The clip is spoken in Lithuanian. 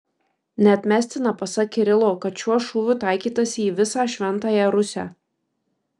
neatmestina pasak kirilo kad šiuo šūviu taikytasi į visą šventąją rusią